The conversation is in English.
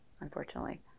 unfortunately